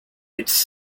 its